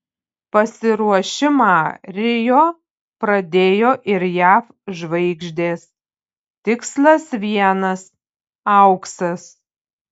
pasiruošimą rio pradėjo ir jav žvaigždės tikslas vienas auksas